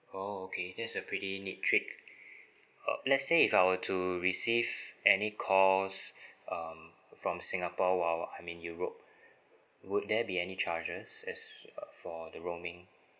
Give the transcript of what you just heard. oh okay that's a pretty neat trick uh let's say if I were to receive any calls um from singapore while I mean europe would there be any charges as uh for the roaming